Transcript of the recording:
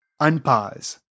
unpause